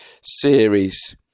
series